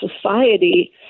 society